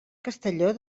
castelló